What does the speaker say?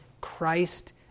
Christ